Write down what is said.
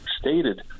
stated